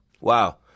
Wow